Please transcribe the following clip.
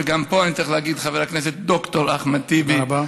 וגם פה אני צריך להגיד חבר הכנסת ד"ר אחמד טיבי תודה רבה.